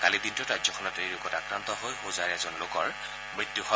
কালিৰ দিনটোত ৰাজ্যখনত এই ৰোগত আক্ৰান্ত হৈ হোজাইৰ এজন লোকৰ মৃত্যু হয়